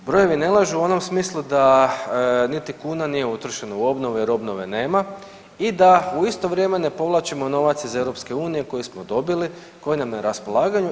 Brojevi ne lažu u onom smislu da niti kuna nije utrošena u obnovu jer obnove nema i da u isto vrijeme ne povlačimo novac iz EU koji smo dobili i koji nam je na raspolaganju.